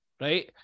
right